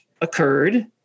occurred